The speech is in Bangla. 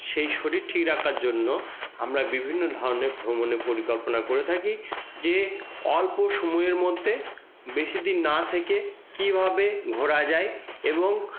সেই শরীর ঠিক রাখার জন্য আমরা বিভিন্ন ধরনের ভ্রমণের পরিকল্পনা করে থাকি যে অল্প সময়ের মধ্যে বেশি দিন না থেকে কীভাবে ঘোরা যায় এবং